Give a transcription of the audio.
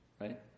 Right